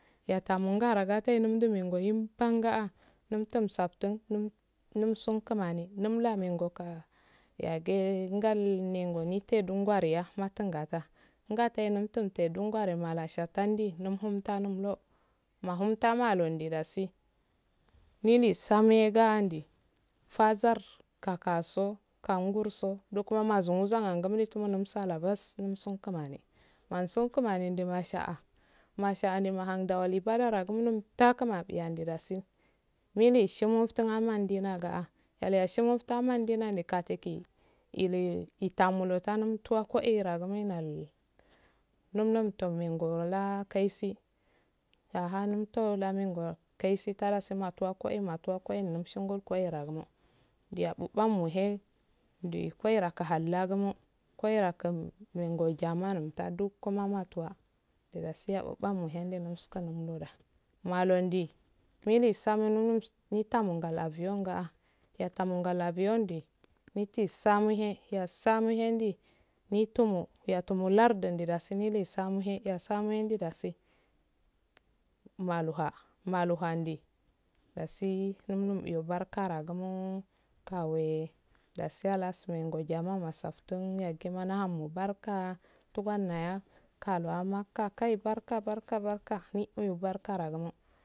Yatamangara gateeh ndomdun megunggoye iinbbangah ndamddan saftuu ndamssu kmani ndollah mehgo kah yagin ngal mengol nditteldingwareya mattungada nga wuttendol gware mola shettanndi ndumlum tana lah mohum tamaludo dasi milu samoyeya ndo fazzar kakso kangursso duksso maguhazzan angumme so umasalah bass wussun kmani mossun kman umddu masha ah masha ndamhun ibadadah umillu hagu mapiya eh ndasi mila shimfttun ah mandinar gaa yelo eshimfttun ah mandina eh kadoghi ilu tamwotando umttoh koera gi ninal nal ndoma umtoh mangoro la kaisso aha umttah lahkaingol kisso tada su matuwa koilamatuwa koyin mdunushingol koyiragumo ndiyyan bammoleh ndu koirahallah gumu koirakham main ga jama-a oramtta duss mamatuwa du dasiya mpamawahey mdunumskkum nuwa maluwandi milu samnnonon mittamongol abiyyon gaa ettamungol abiyon dey mitte samohey essamohey eh nde mittomo yettomo lardu eh dasu milu isamohey esamohey ndasi maluha maluha inde dasi umllu uyo barka ragumoow kawey dasi umllu iyo barka ragumoow kawey dasi halagu wengo jama'a mesaftun vegguma mahamo barkh tubanyya kaluwa makkah kayi barkah tubanyya kaluwa makkah kayi barkah barkah barkah middo barka yasumo.